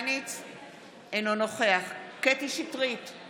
אינו נוכח קטי קטרין שטרית,